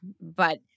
but-